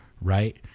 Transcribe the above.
right